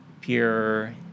pure